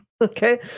Okay